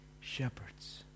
shepherds